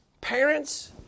parents